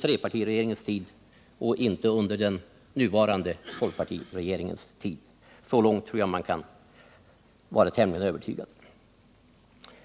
trepartiregeringens eller den nuvarande folkpartiregeringens tid. Så långt tror jag att man kan vara tämligen överens.